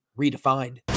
redefined